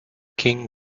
king